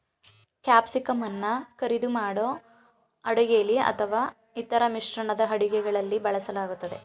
ಕ್ಯಾಪ್ಸಿಕಂಅನ್ನ ಕರಿದು ಮಾಡೋ ಅಡುಗೆಲಿ ಅಥವಾ ಇತರ ಮಿಶ್ರಣದ ಅಡುಗೆಗಳಲ್ಲಿ ಬಳಸಲಾಗ್ತದೆ